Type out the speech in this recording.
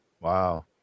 wow